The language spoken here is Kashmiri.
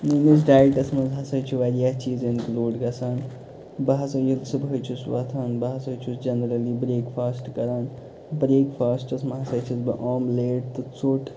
میٲنِس ڈایِٹَس منٛز ہسا چھُ واریاہ چیٖز اِنکِلوٗڈ گژھان بہٕ ہسا ییٚلہِ صُبحٲے چھُس وَتھان بہٕ ہسا چھُس جَنرَلی بریک فاسٹہٕ کران بریک فاسٹَس منٛز ہسا چھُس بہٕ آملیٹ تہٕ ژوٚٹ